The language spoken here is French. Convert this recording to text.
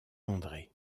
andré